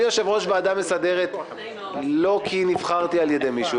אני יושב-ראש ועדה מסדרת לא כי נבחרתי על ידי מישהו,